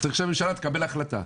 צריך שהממשלה תקבל החלטה.